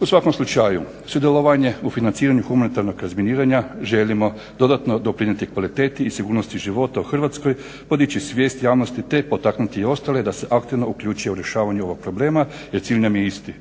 U svakom slučaju sudjelovanjem u financiranju humanitarnog razminiranja želimo dodatno doprinijeti kvaliteti i sigurnosti života u Hrvatskoj, podići svijest javnosti te potaknuti i ostale da se aktivno uključe u rješavanje ovog problema jer cilj nam je isti.